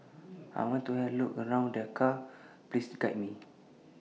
I want to Have A Look around Dhaka Please Guide Me